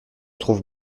trouve